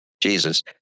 Jesus